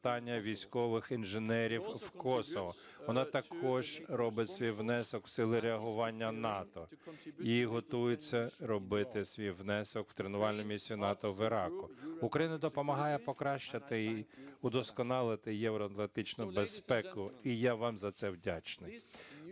Вона також робить свій внесок в сили реагування НАТО і готується робити свій внесок в тренувальну місію НАТО в Іраку. Україна допомагає покращати і удосконалити євроатлантичну безпеку, і я вам за це вдячний.